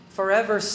Forever